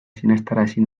sinestarazi